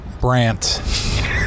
Brant